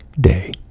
day